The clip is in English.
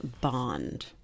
bond